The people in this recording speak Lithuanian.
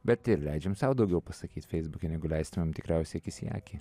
bet ir leidžiam sau daugiau pasakyt feisbuke negu leistumėm tikriausiai akis į akį